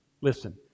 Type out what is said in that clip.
Listen